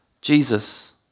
Jesus